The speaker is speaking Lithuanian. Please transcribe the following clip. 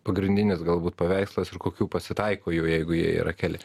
pagrindinis galbūt paveikslas ir kokių pasitaiko jau jeigu jie yra keli